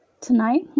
Tonight